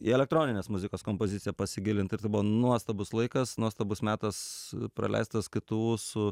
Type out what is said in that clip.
į elektroninės muzikos kompoziciją pasigilint ir tai buvo nuostabus laikas nuostabus metas praleistas ktu su